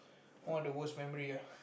one of the worst memory ah